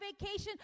vacation